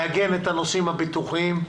לעגן את הנושאים הביטוחיים,